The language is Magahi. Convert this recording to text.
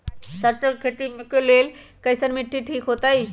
सरसों के खेती के लेल कईसन मिट्टी ठीक हो ताई?